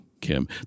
Kim